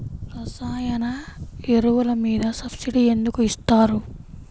రసాయన ఎరువులు మీద సబ్సిడీ ఎందుకు ఇస్తారు?